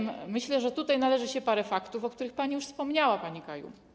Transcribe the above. Myślę, że należy się parę faktów, o których pani już wspomniała, pani Kaju.